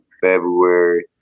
February